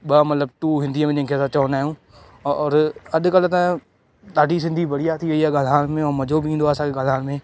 ॿ मतिलब टू हिंदीअ में इनखे चवंदा आहियूं और अॼुकल्ह त ॾाढी सिंधी बढ़िया थी वई आहे ॻाल्हाइण में और मजो बि ईंदो आहे असांखे ॻाल्हाइण में